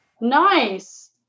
Nice